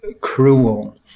cruel